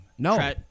No